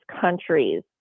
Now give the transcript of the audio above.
countries